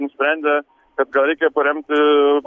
nusprendė kas gal reikia paremti